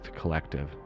Collective